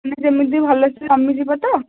ମାନେ ଯେମିତି ଭଲ ସେ କମିଯିବ ତ